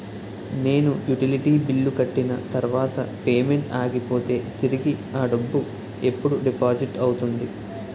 నేను utility bill కట్టిన తర్వాత పేమెంట్ ఆగిపోతే తిరిగి అ డబ్బు ఎప్పుడు డిపాజిట్ అవుతుంది?